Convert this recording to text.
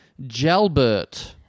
Jalbert